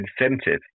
incentive